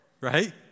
Right